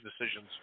decisions